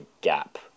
gap